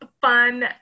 fun